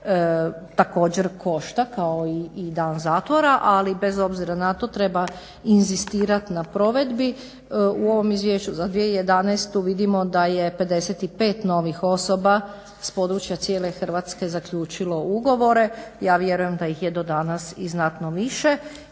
košta kao i dan zatvora, ali bez obzira na to treba inzistirat na provedbi. U ovom izvješću za 2011. vidimo da je 55 novih osoba s područja cijele Hrvatske zaključilo ugovore, ja vjerujem da ih je do danas i znatno više